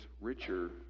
richer